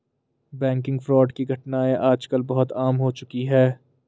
banking fraud की घटनाएं आज कल बहुत आम हो चुकी है